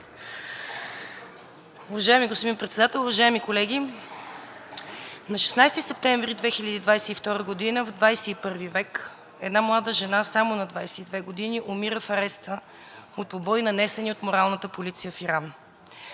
Уважаеми господин Председател, уважаеми колеги! На 16 септември 2022 г. в XXI век една млада жена само на 22 години умира в ареста от побой, нанесен от моралната полиция в Иран,